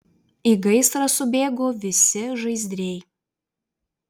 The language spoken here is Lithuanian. į gaisrą subėgo visi žaizdriai